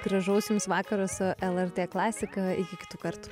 gražaus jums vakaro su lrt klasika iki kitų kartų